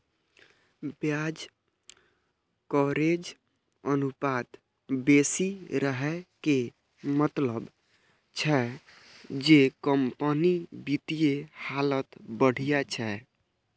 ब्याज कवरेज अनुपात बेसी रहै के मतलब छै जे कंपनीक वित्तीय हालत बढ़िया छै